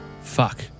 Fuck